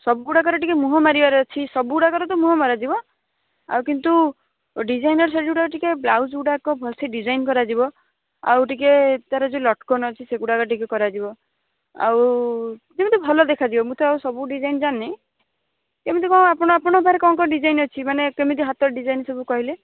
ସବୁଗୁଡ଼ାକର ଟିକିଏ ମୁହଁ ମାରିବାର ଅଛି ସବୁ ଗୁଡ଼ାକର ତ ମୁହଁ ମରାଯିବ ଆଉ କିନ୍ତୁ ଡିଜାଇନର ଶାଢ଼ୀ ଗୁଡ଼ାକ ଟିକିଏ ବ୍ଲାଉଜ ଗୁଡ଼ାକ ଟିକିଏ ଭଲ ସେ ଡିଜାଇନ୍ କରାଯିବ ଆଉ ଟିକିଏ ତାର ଯେଉଁ ଲଟକନ୍ ଅଛି ସେ ଗୁଡ଼ାକ ଟିକିଏ କରାଯିବ ଆଉ ଯେମିତି ଭଲ ଦେଖାଯିବ ମୁଁ ତ ଆଉ ସବୁ ଡିଜାଇନ୍ ଜାଣିନି କେମିତି କ'ଣ ଆପଣ ଆପଣଙ୍କ ପାଖରେ କ'ଣ କ'ଣ ଡିଜାଇନ୍ ଅଛି ମାନେ କେମିତି ହାତ ଡିଜାଇନ୍ ସବୁ କହିଲେ